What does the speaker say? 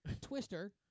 Twister